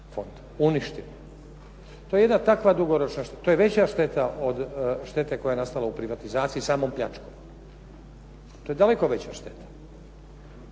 fond. Uništilo. To je jedna takva dugoročna, to je veća šteta od štete koja je nastala u privatizaciji samom pljačkom. To je daleko veća šteta,